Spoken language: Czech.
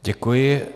Děkuji.